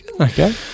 Okay